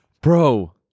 bro